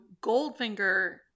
goldfinger